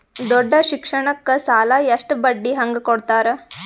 ದೊಡ್ಡ ಶಿಕ್ಷಣಕ್ಕ ಸಾಲ ಎಷ್ಟ ಬಡ್ಡಿ ಹಂಗ ಕೊಡ್ತಾರ?